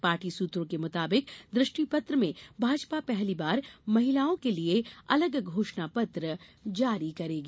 party सूत्रों के मुताबिक दृष्टिपत्र में भाजपा पहली बार महिलाओं के लिए अलग घोषणा पत्र जारी करेगी